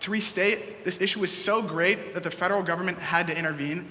to restate, this issue was so great that the federal government had to intervene,